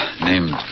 named